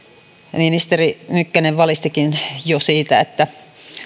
ministeri mykkänen valistikin jo siitä että